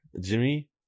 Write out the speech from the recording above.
Jimmy